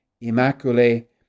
Immaculate